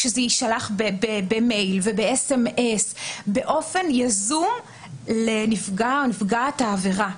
שזה יישלח במייל ובמסרון באופן יזום לנפגע או נפגעת העבירה.